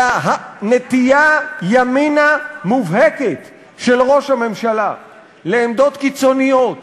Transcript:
אלא נטייה ימינה מובהקת של ראש הממשלה לעמדות קיצוניות,